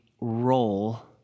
role